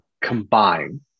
combine